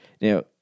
Now